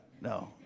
No